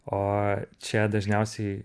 o čia dažniausiai